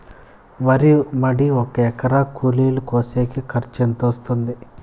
వరి మడి ఒక ఎకరా కూలీలు కోసేకి ఖర్చు ఎంత వస్తుంది?